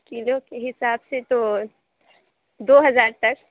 کلو کے حساب سے تو دو ہزار تک